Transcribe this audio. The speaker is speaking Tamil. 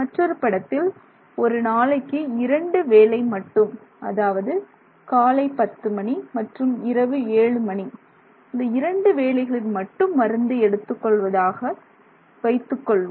மற்றொரு படத்தில் ஒரு நாளைக்கு இரண்டு வேளை மட்டும் அதாவது காலை 10 மணி மற்றும் இரவு ஏழு மணி இந்த இரண்டு வேளைகளில் மட்டும் மருந்தை எடுத்துக் கொள்வதாக வைத்துக்கொள்வோம்